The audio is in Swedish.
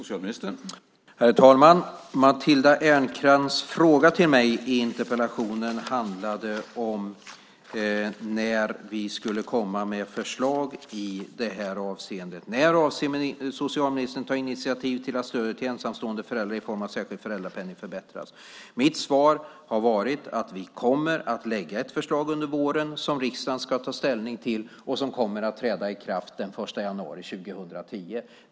Herr talman! Matilda Ernkrans fråga till mig i interpellationen handlar om när vi skulle komma med förslag i det här avseendet. "När avser socialministern att ta initiativ till att stödet till ensamstående föräldrar i form av särskild föräldrapenning förbättras?" var frågan. Mitt svar har varit att vi kommer att lägga ett förslag under våren som riksdagen ska ta ställning till och som kommer att träda i kraft den 1 januari 2010.